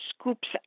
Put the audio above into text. scoops